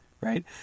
right